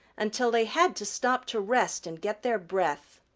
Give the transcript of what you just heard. until they had to stop to rest and get their breath.